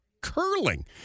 curling